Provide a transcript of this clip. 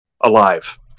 alive